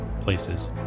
places